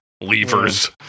Levers